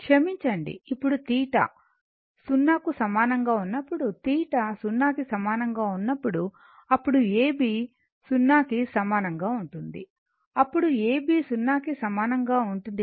క్షమించండి ఇప్పుడు θ 0 కు సమానంగా ఉన్నప్పుడు θ 0 కి సమానంగా ఉన్నప్పుడు అప్పుడు AB 0 కి సమానంగా ఉంటుంది అప్పుడు AB 0 కి సమానంగా ఉంటుంది